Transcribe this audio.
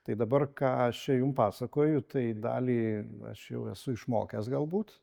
tai dabar ką aš čia jum pasakoju tai dalį aš jau esu išmokęs galbūt